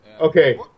okay